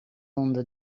onder